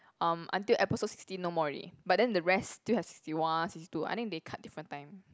um until episode sixty no more already but then the rest still have sixty one sixty two I think they cut different time